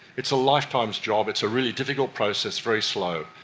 it's a lifetime's job, it's a really difficult process, very slow.